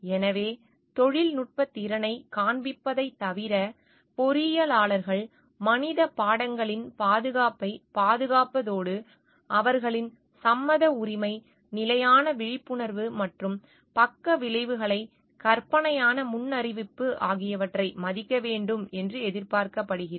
எனவே தொழில்நுட்பத் திறனைக் காண்பிப்பதைத் தவிர பொறியியலாளர்கள் மனித பாடங்களின் பாதுகாப்பைப் பாதுகாப்பதோடு அவர்களின் சம்மத உரிமை நிலையான விழிப்புணர்வு மற்றும் பக்க விளைவுகளை கற்பனையான முன்னறிவிப்பு ஆகியவற்றை மதிக்க வேண்டும் என்று எதிர்பார்க்கப்படுகிறது